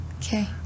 okay